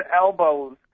elbows